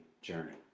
journey